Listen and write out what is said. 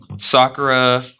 Sakura